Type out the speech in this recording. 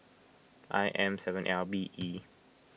I M seven L B E